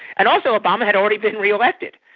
and also obama had already been re-elected.